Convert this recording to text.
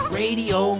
radio